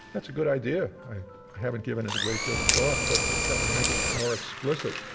that's a good idea. i haven't given it a great deal of thought, but that would make it more explicit.